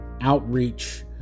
outreach